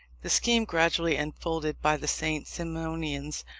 the scheme gradually unfolded by the st. simonians,